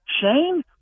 Shane